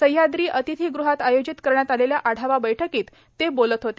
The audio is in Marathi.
सहयाद्री अतिथीगृहात आयोजित करण्यात आलेल्या आढावा बैठकीत ते बोलत होते